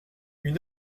une